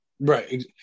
Right